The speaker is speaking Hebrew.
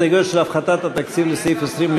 ההסתייגויות לסעיף 20,